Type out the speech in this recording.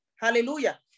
Hallelujah